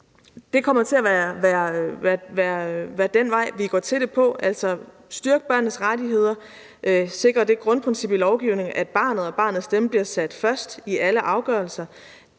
det kommer til at være den vej, vi går til det på, altså at styrke børnenes rettigheder, sikre det grundprincip i lovgivningen, at barnet og barnets stemme kommer først i alle afgørelser,